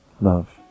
love